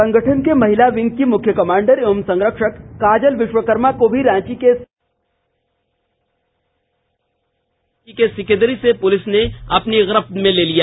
संगठन के महिला विंग की मुख्य कमांडर एवं संरक्षक काजल विश्वकर्मा को भी रांची के सिकीदरी से पुलिस ने अपनी गिरफ्त में ले लिया